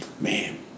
Man